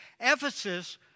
Ephesus